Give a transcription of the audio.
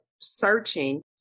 searching